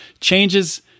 changes